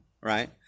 right